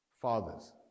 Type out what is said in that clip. fathers